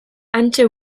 hantxe